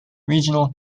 regional